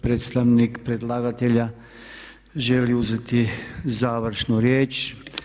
Predstavnik predlagatelja želi uzeti završnu riječ.